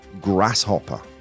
grasshopper